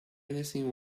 anything